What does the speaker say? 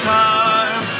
time